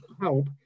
help